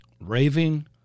raving